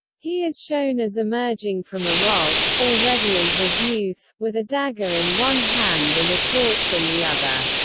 he is shown as emerging from a rock, already in his youth, with a dagger in one hand and a torch in the other.